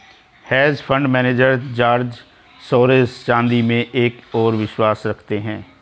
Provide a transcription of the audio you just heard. hedge fund manager George Soros चांदी में एक और विश्वास रखते हैं